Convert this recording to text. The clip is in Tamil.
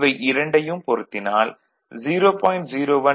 இவை இரண்டையும் பொருத்தினால் 0